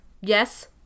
yes